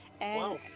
Wow